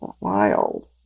wild